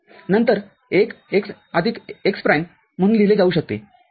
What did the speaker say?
नंतर हे १ x आदिक x प्राइम म्हणून लिहिले जाऊ शकते